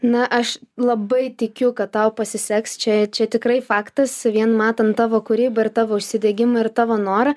na aš labai tikiu kad tau pasiseks čia čia tikrai faktas vien matant tavo kūrybą ir tavo užsidegimą ir tavo norą